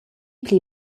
pli